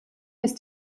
ist